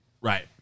Right